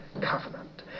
covenant